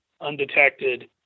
undetected